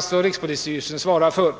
som rikspolisstyrelsen skall svara för.